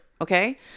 okay